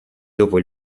dopo